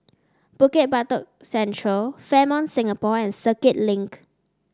Bukit Batok Central Fairmont Singapore and Circuit Link